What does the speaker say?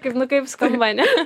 kaip nu kaip skamba ane